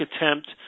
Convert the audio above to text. attempt